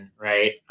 Right